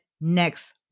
next